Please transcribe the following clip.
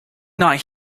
not